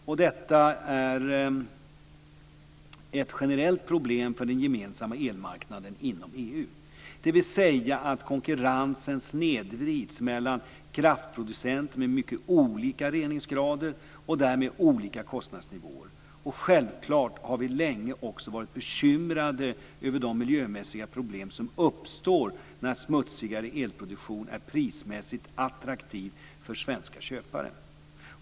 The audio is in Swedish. Och detta är ett generellt problem för den gemensamma elmarknaden inom EU, dvs. att konkurrensen snedvrids mellan kraftproducenter med mycket olika reningsgrader och därmed olika kostnadsnivåer. Och självklart har vi länge också varit bekymrade över de miljömässiga problem som uppstår när smutsigare elproduktion är prismässigt attraktiv för svenska köpare.